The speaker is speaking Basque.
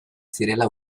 zirela